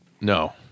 No